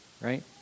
right